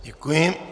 Děkuji.